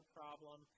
problem